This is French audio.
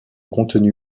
contenu